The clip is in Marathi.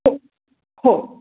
हो हो